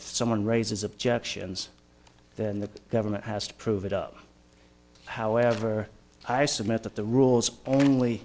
someone raises objections then the government has to prove it up however i submit that the rules only